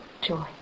Joy